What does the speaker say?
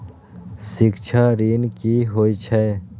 शिक्षा ऋण की होय छै?